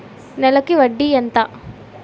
నెలకి వడ్డీ ఎంత?